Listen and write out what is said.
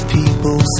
people